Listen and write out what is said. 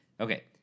okay